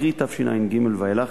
קרי תשע"ג ואילך,